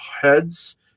heads